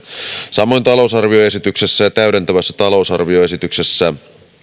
samoin talousarvioesityksessä ja täydentävässä talousarvioesityksessä